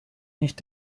nicht